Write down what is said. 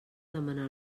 demanar